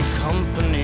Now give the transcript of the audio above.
company